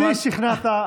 אותי שכנעת.